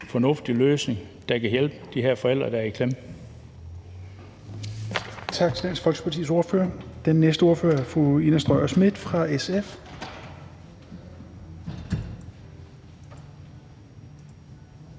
fornuftig løsning, der kan hjælpe de her forældre, der er i klemme.